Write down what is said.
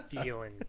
feeling